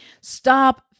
stop